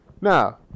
Now